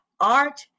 Art